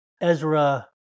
Ezra